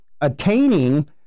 attaining